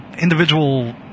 Individual